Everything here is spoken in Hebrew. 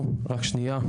--- רק שניה,